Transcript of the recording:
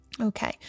okay